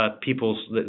People's